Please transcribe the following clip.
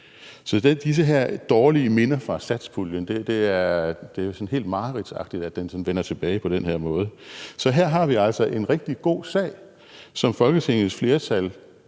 at de her dårlige minder fra satspuljen vender tilbage på den her måde. Så her har vi altså en rigtig god sag, som Folketingets flertal